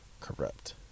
corrupt